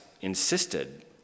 insisted